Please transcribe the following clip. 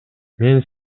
мен